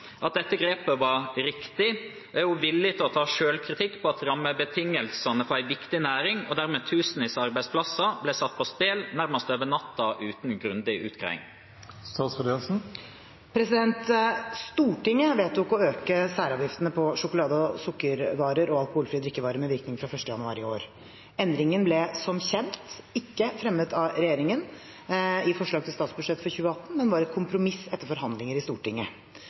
at dette grepet var riktig, og er hun villig til å ta selvkritikk på at rammebetingelsene for en viktig næring og dermed tusenvis av arbeidsplasser ble satt på spill nærmest over natten og uten grundig utredning?» Stortinget vedtok å øke særavgiftene på sjokolade- og sukkervarer og alkoholfrie drikkevarer med virkning fra 1. januar i år. Endringen ble, som kjent, ikke fremmet av regjeringen i forslag til statsbudsjett for 2018, men var et kompromiss etter forhandlinger i Stortinget.